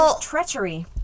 treachery